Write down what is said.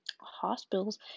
hospitals